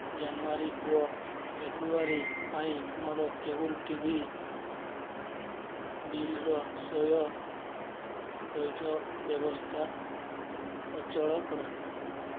ଜାନୁୟାରୀ ଓ ଫେବୃୟାରୀ ପାଇଁ ମୋର କେବୁଲ୍ ଟିଭି ବିଲ୍ର ସ୍ଵୟଂ ପଇଠ ବ୍ୟବସ୍ଥା ଅଚଳ କର